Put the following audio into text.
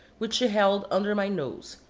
which she held under my nose,